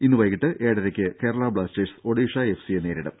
ഇന്ന് വൈകീട്ട് ഏഴരക്ക് കേരളാ ബ്ലാസ്റ്റേഴ്സ് ഒഡീഷ എഫ്സി യെ നേരിടും